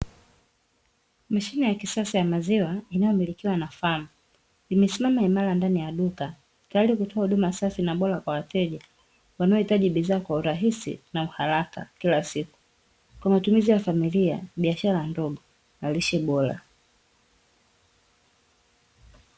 Mashine ya kisasa ya maziwa inayo milikiwa na fam imesimama imara ndani ya duka tayari kutoa huduma safi na bora kwa wateja wanaohitaji bidhaa kwa urahisi na uharaka kila siku kwa matumizi ya familia biashara ndogo na lishe bora.